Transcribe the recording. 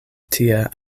tie